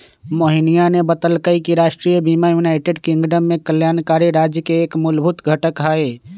मोहिनीया ने बतल कई कि राष्ट्रीय बीमा यूनाइटेड किंगडम में कल्याणकारी राज्य के एक मूलभूत घटक हई